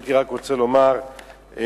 הייתי רק רוצה לומר קצת,